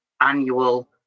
Annual